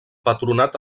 patronat